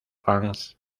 fans